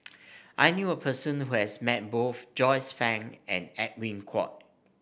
I knew a person who has met both Joyce Fan and Edwin Koek